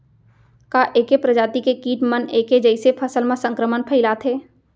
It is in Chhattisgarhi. का ऐके प्रजाति के किट मन ऐके जइसे फसल म संक्रमण फइलाथें?